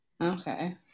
Okay